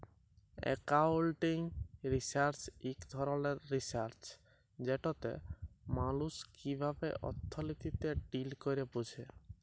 accounting research ইক ধরলের research যেটতে মালুস কিভাবে অথ্থলিতিতে ডিল ক্যরে বুঝা